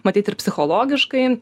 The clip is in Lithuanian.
matyt ir psichologiškai